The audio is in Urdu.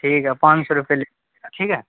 ٹھیک ہے پانچ سو لیجئے روپئے ٹھیک ہے